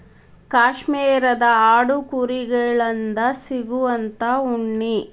ಕಾಶ್ಮೇರದ ಆಡು ಕುರಿ ಗಳಿಂದ ಸಿಗುವಂತಾ ಉಣ್ಣಿ